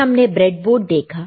फिर हमने ब्रेडबोर्ड देखा